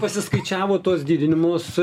pasiskaičiavo tuos didinimus